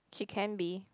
she can be